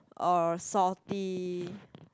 or salty